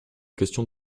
question